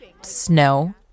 Snow